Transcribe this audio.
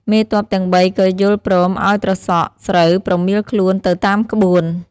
មេទ័ពទាំងបី ក៏យល់ព្រមឱ្យត្រសក់ស្រូវប្រមៀលខ្លួនទៅតាមក្បួន ។